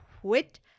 quit